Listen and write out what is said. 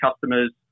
customers